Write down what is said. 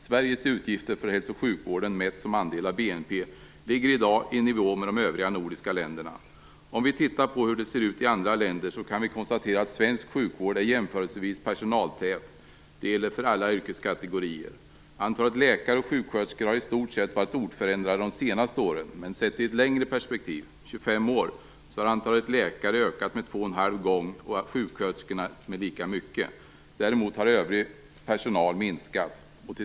Sveriges utgifter för hälso och sjukvården, mätt som andel av BNP, ligger i dag i nivå med de övriga nordiska länderna. Om vi tittar på hur det ser ut i andra länder kan vi konstatera att svensk sjukvård är jämföreselvis personaltät. Det gäller för alla yrkeskategorier. Antalet läkare och sjuksköterskor har i stort sett varit oförändrat de senaste åren, men sett i ett längre perspektiv - 25 år - har antalet läkare ökat med två och en halv gång och antalet sjuksköterskor med lika mycket. Däremot har övrig personal minskat.